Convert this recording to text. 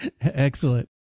Excellent